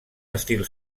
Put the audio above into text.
estil